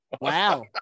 wow